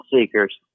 seekers